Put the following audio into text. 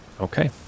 Okay